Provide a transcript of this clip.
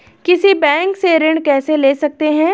किसी बैंक से ऋण कैसे ले सकते हैं?